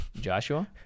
Joshua